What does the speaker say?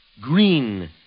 Green